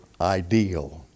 ideal